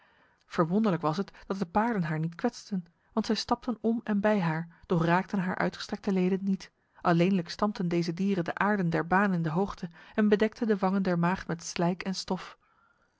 verwonderlijk was het dat de paarden haar niet kwetsten want zij stapten om en bij haar doch raakten haar uitgestrekte leden niet alleenlijk stampten deze dieren de aarde der baan in de hoogte en bedekten de wangen der maagd met slijk en stof